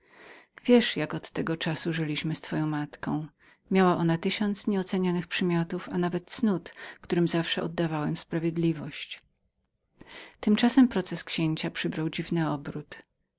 wiesz jak od tego czasu żyliśmy z twoją matką miała ona tysiąc nieocenionych przymiotów a nawet cnót którym zawsze oddawałem sprawiedliwość tymczasem proces księcia przybrał dziwny obrot